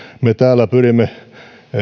me täällä pyrimme